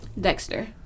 Dexter